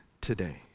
today